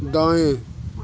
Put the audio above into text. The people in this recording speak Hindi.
दाएँ